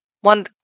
one